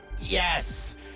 Yes